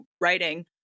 writing